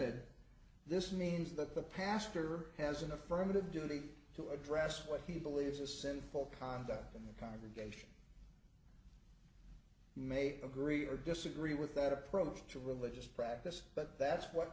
this means that the pastor has an affirmative duty to address what he believes a sinful conduct in the congregation mate agree or disagree with that approach to religious practice but that's what